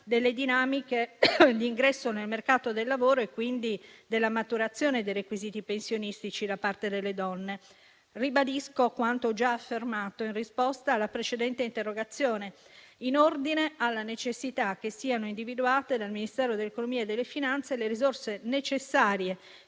delle dinamiche di ingresso nel mercato del lavoro e quindi della maturazione dei requisiti pensionistici da parte delle donne. Ribadisco quanto ho già affermato in risposta alla precedente interrogazione in ordine alla necessità che siano individuate, dal Ministero dell'economia e delle finanze, le risorse necessarie